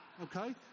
okay